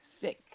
Sick